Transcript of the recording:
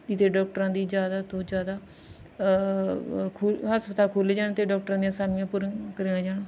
ਇੱਥੇ ਡਾਕਟਰਾਂ ਦੀ ਜ਼ਿਆਦਾ ਤੋਂ ਜ਼ਿਆਦਾ ਖੁ ਹਸਪਤਾਲ ਖੋਲ੍ਹੇ ਜਾਣ ਅਤੇ ਡਾਕਟਰਾਂ ਦੀਆਂ ਅਸਾਮੀਆਂ ਪੂਰੀਆਂ ਕਰਾਈਆਂ